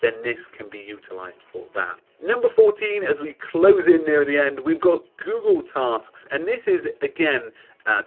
then this can be utilized for that. number fourteen as we close in near the end, we've got google tasks. and this is again